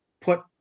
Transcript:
put